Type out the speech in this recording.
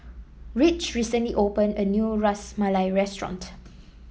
Ridge recently opened a new Ras Malai Restaurant